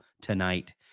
tonight